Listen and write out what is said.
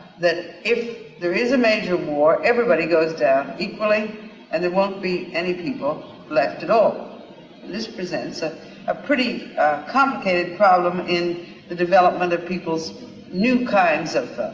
that if there is a major war everybody goes down equally and there won't be any people left at all. and this presents ah a pretty complicated problem in the development of people's new kinds of.